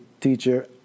teacher